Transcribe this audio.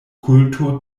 kulto